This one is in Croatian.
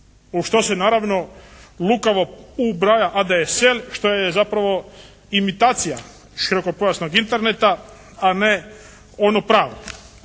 u što se naravno lukavo ubraja ADSL što je zapravo imitacija širokopojasnog Interneta, a ne ono pravo.